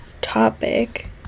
topic